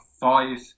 five